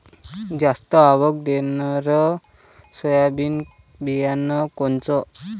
जास्त आवक देणनरं सोयाबीन बियानं कोनचं?